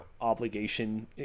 obligation